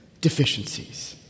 deficiencies